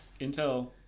Intel